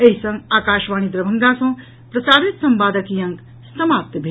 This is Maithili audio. एहि संग आकाशवाणी दरभंगा सँ प्रसारित संवादक ई अंक समाप्त भेल